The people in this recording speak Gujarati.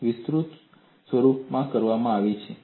અને વિસ્તૃત સ્વરૂપમાં આ કરવામાં આવે છે